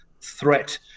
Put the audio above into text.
threat